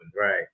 Right